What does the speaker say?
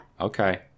okay